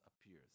appears